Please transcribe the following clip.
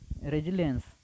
Resilience